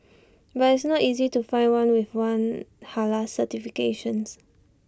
but IT is not easy to find one with one Halal certifications